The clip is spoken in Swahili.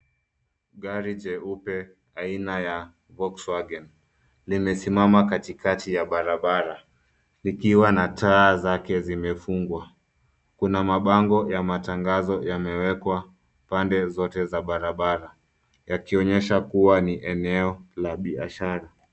Gari jeupe aina ya Volkswagen limesimama katikati ya barabara; likiwa na taa zake zimefungwa. Kuna mabango ya matangazo yamewekwa pande zote za barabara, yakionyesha kuwa ni eneo la biashara.